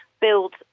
Build